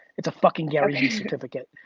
it's a fucking gary vee certificate.